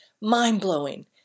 mind-blowing